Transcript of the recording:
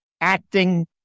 acting